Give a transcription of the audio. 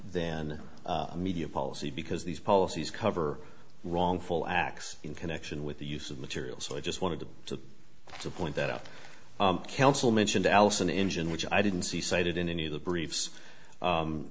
than media policy because these policies cover wrongful acts in connection with the use of material so i just wanted to to to point that up counsel mentioned allison engine which i didn't see cited in any of the